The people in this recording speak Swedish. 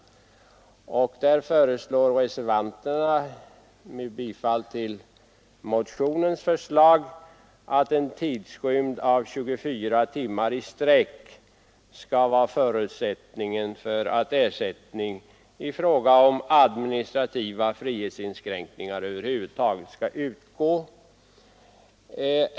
Där föreslår reservanterna, med tillstyrkan av motionens förslag, att förutsättningen för att rätt till ersättning skall föreligga bör vara att vederbörande varit berövad friheten under mer än 24 timmar i sträck.